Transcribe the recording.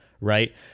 right